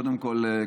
קודם כול,